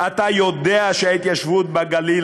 אתה יודע שההתיישבות בגליל,